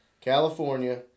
California